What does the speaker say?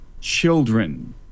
children